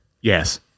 Yes